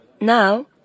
Now